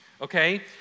Okay